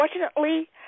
Unfortunately